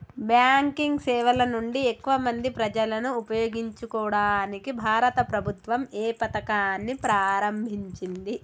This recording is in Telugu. బ్యాంకింగ్ సేవల నుండి ఎక్కువ మంది ప్రజలను ఉపయోగించుకోవడానికి భారత ప్రభుత్వం ఏ పథకాన్ని ప్రారంభించింది?